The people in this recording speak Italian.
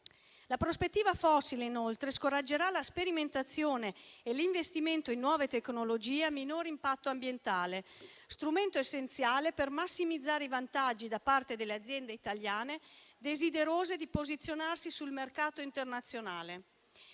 La prospettiva fossile, inoltre, scoraggerà la sperimentazione e l'investimento in nuove tecnologie a minor impatto ambientale, strumento essenziale per massimizzare i vantaggi da parte delle aziende italiane desiderose di posizionarsi sul mercato internazionale.